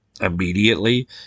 immediately